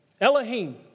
Elohim